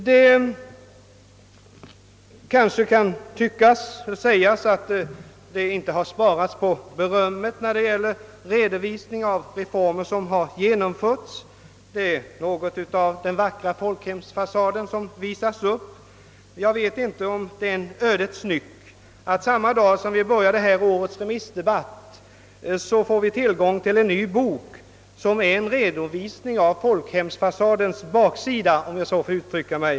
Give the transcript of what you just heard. Det kanske kan sägas att man inte sparat på berömmet när det gäller redovisning av de reformer som genomförts. Det är något av den vackra folkhemsfasaden som visats upp. Jag vet inte om det är en ödets nyck att vi får tillgång till en ny bok samma dag som vi börjar årets remissdebatt. Denna bok är en redovisning av folkhemsfasadens baksida, om jag så får uttrycka mig.